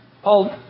Paul